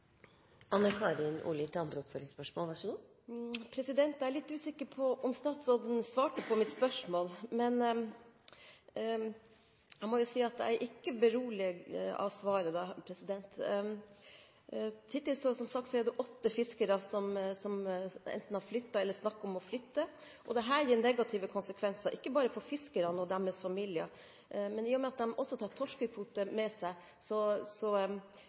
Jeg er litt usikker på om statsråden svarte på mitt spørsmål, men jeg må jo si at jeg ikke er beroliget av svaret. Hittil er det som sagt åtte fiskere som enten har flyttet eller snakker om å flytte. Dette gir negative konsekvenser, ikke bare for fiskerne og deres familier, men i og med at de også tar torskekvoter med seg,